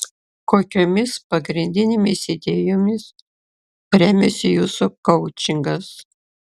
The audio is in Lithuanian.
kokiomis pagrindinėmis idėjomis remiasi jūsų koučingas